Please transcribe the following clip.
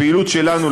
הפעילות שלנו,